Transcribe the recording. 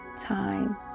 Time